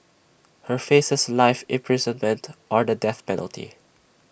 he faces life imprisonment or the death penalty